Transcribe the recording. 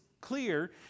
clear